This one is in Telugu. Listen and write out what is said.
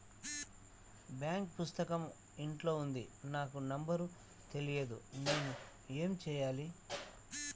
బాంక్ పుస్తకం ఇంట్లో ఉంది నాకు నంబర్ తెలియదు నేను ఏమి చెయ్యాలి?